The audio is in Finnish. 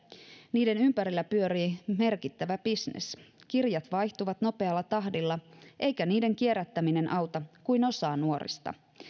niiden ympärillä pyörii merkittävä bisnes kirjat vaihtuvat nopealla tahdilla eikä niiden kierrättäminen auta kuin osaa nuorista